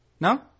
no